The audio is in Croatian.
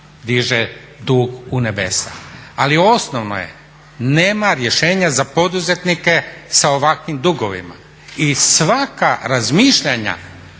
diže tu u nebesa. Ali osnovno je nema rješenja za poduzetnike sa ovakvim dugovima i svaka razmišljanja